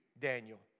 Daniel